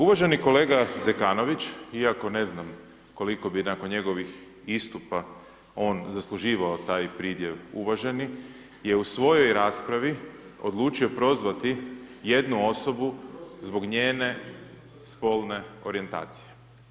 Uvaženi kolega Zekanović, iako ne znam, koliko bi nakon njegovih istupa, on zasluživao taj pridjev uvaženi je u svojoj raspravi odlučio prozvati jednu osobu zbog njene spolne orijentacije.